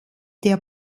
der